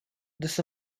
this